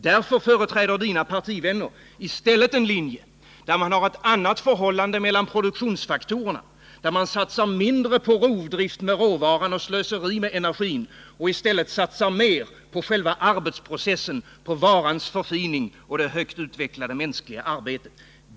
Därför företräder Olof Palmes partivänner i stället en linje där man har ett annat förhållande mellan produktionsfaktorerna, där man satsar mindre på rovdrift med råvaran och slöseri med energin och i stället satsar mera på själva arbetsprocessen, på varans förfining och det högt utvecklade mänskliga arbetet.